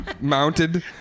Mounted